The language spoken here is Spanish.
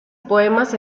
poemas